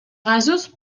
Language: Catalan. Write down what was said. gasos